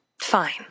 Fine